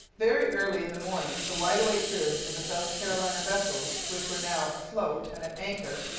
very early in the morning the wide-awake crews of the south carolina vessels, which were now afloat and at anchor,